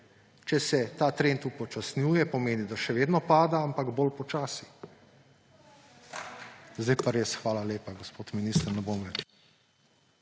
če se ta trend upočasnjuje, pomeni, da še vedno pada, ampak bolj počasi. Sedaj pa res, hvala lepa, gospod minister, ne bom več.